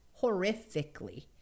horrifically